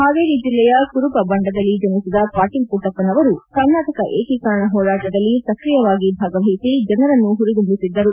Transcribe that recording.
ಹಾವೇರಿ ಜಿಲ್ಲೆಯ ಕುರುಬ ಬಂಡದಲ್ಲಿ ಜನಿಸಿದ ಪಾಟೀಲ್ ಪುಟ್ಟಪ್ಪನವರು ಕರ್ನಾಟಕ ಏಕೀಕರಣ ಹೋರಾಟದಲ್ಲಿ ಸ್ಕ್ರಿಯವಾಗಿ ಭಾಗವಹಿಸಿ ಜನರನ್ನು ಹುರುದುಂಬಿಸಿದ್ದರು